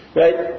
right